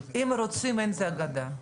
אם רוצים אין זו אגדה.